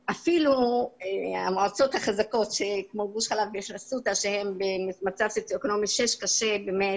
הן כולן יקרסו אם לא יתנו להן את העזרה הדרושה.